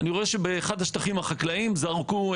אני רואה שבאחד השטחים החקלאיים זרקו,